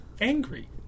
Angry